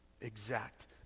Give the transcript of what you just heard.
exact